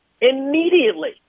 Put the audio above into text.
immediately